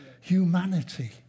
Humanity